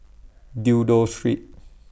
Dido Street